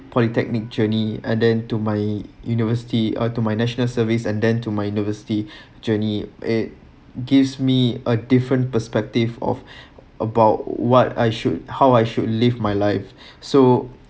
polytechnic journey and then to my university or to my national service and then to my university journey it gives me a different perspective of about what I should how I should live my life so